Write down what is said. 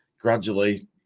gradually